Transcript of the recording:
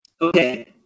okay